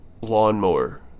lawnmower